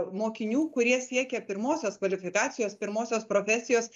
mokinių kurie siekia pirmosios kvalifikacijos pirmosios profesijos